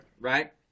Right